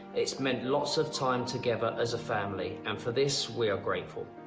it's meant lots of time together as a family. and for this, we are grateful.